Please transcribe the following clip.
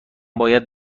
باید